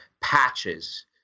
patches